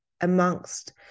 amongst